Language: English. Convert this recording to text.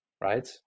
right